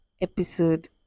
episode